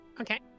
Okay